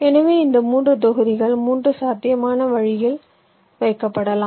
எனவே இந்த 3 தொகுதிகள் 3 சாத்தியமான வழிகளில் வைக்கப்படலாம்